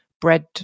bread